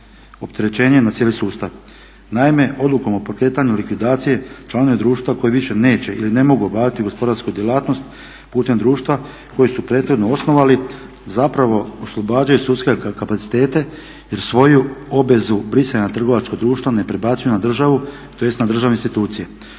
opterećenje na cijeli sustav. Naime, odlukom o pokretanju likvidacije članovi društva koji više neće ili ne mogu obavljati gospodarsku djelatnost putem društva koji su prethodno osnovali zapravo oslobađaju sudske kapacitete jer svoju obvezu brisanja trgovačkog društva ne prebacuju na državu, tj. na državne institucije